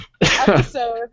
episode